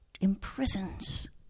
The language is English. imprisons